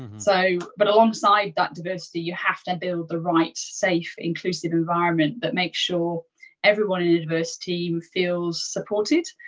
so, but alongside that diversity, you have to build the right safe, inclusive environment that makes sure everyone in a diverse team feels supported,